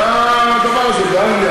את הדבר הזה באנגליה.